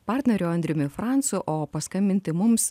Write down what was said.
partneriu andriumi francu o paskambinti mums